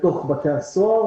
בתוך בתי הסוהר.